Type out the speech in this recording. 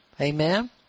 Amen